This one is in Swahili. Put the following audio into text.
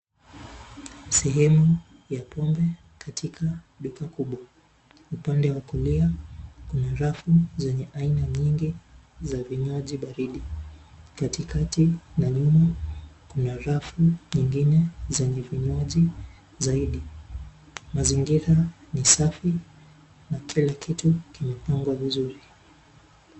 Sehemu, ya pombe, katika, duka kubwa, upande wa kulia, kuna rafu zenye aina nyingi, za vinywaji baridi. Katikati na nyuma, kuna rafu nyingine zenye vinywaji, zaidi. Mazingira, ni safi, na kila kitu, kimepangwa vizuri.